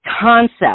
concept